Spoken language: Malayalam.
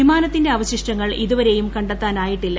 വിമാനത്തിന്റെ അവശിഷ്ടങ്ങൾ ഇതുവരെയും കണ്ടെത്താനായിട്ടില്ല